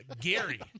Gary